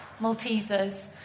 Maltesers